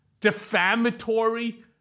defamatory